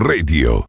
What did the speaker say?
Radio